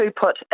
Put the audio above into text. put